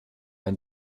ein